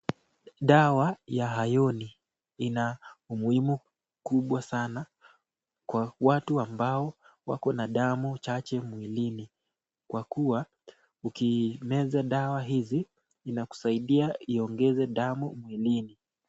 Dawa ya ayoni ina umuhimu mkubwa sana kwa watu ambao wako na damu chache mwilini, kwa kuwa ukimeza dawa hizi inakusaidia iongeze damu mwilini.